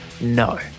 No